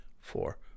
four